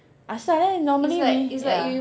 asal eh normally we ya